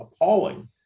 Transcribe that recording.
appalling